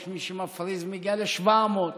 יש מי שמפריז ומגיע ל-700,000.